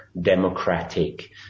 Democratic